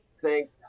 thank